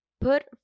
put